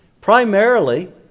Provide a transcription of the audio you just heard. Primarily